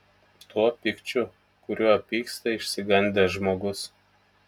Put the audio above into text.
tuo pykčiu kuriuo pyksta išsigandęs žmogus